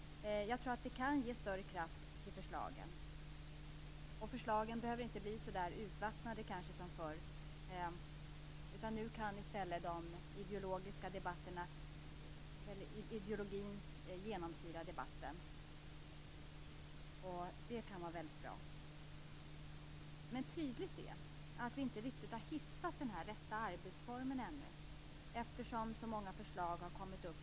Jag tror att det kan ge större kraft åt förslagen. Förslagen behöver inte, som förr, bli urvattnade. Nu kan i stället ideologin genomsyra debatten. Det kan vara bra. Det är tydligt i och med att det har kommit så många förslag på riksdagens bord att vi inte har hittat den rätta arbetsformen än.